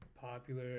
popular